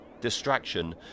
distraction